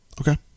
okay